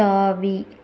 தாவி